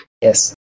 Yes